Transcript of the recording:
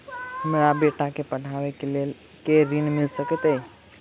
हमरा बेटा केँ पढ़ाबै केँ लेल केँ ऋण मिल सकैत अई?